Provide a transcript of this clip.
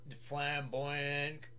flamboyant